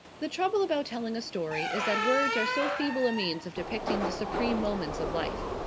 the trouble about telling a story is that words are so feeble a means of depicting the supreme moments of life.